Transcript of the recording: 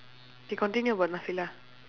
K continue about